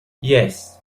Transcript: yes